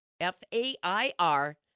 F-A-I-R